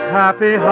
happy